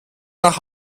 nach